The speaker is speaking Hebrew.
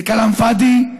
זה כלאם פאדי,